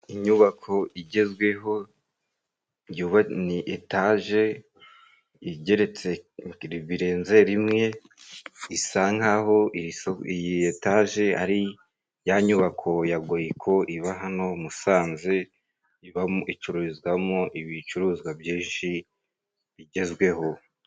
Inyubako igezweho, ni etage igeretse birenze rimwe isa nkaho iyi etage ari ya nyubako ya Goyiko iba hano Musanze, ibamo icururizwamo ibicuruzwa byinshi bigezweho.